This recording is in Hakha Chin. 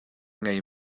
ngei